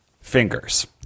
fingers